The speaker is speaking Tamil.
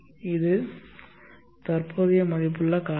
இது தற்போதைய மதிப்புள்ள காரணி